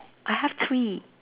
I have three